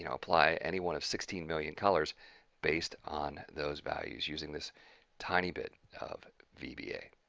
you know apply any one of sixteen million colors based on those values using this tiny bit of vba.